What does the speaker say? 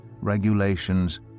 regulations